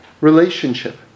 relationship